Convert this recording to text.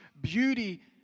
beauty